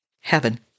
Heaven